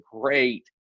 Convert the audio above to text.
great